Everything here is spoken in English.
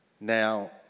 Now